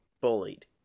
bullied